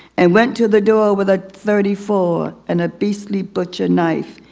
and went to the door with a thirty-four and a beastly butcher knife.